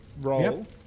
Roll